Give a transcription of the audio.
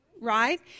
right